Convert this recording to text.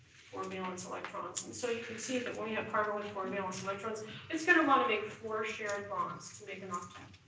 four valence electrons, and so you can see that when you have carbon with four valence electrons it's gonna wanna make four shared bonds to make an um